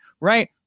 Right